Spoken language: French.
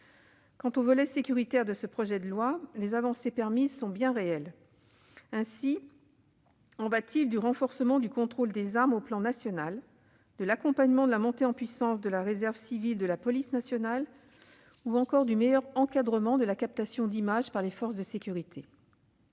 Le volet sécuritaire de ce projet de loi comporte des avancées bien réelles. Il en est ainsi du renforcement du contrôle des armes au plan national, de l'accompagnement de la montée en puissance de la réserve civile de la police nationale ou encore du meilleur encadrement de la captation d'images par les forces de sécurité.